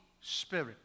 spirit